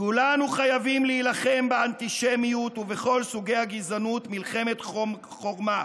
כולנו חייבים להילחם באנטישמיות ובכל סוגי הגזענות מלחמת חורמה.